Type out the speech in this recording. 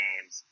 games